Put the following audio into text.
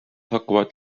hakkavad